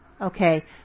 Okay